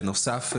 בנוסף,